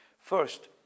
First